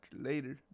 later